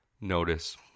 notice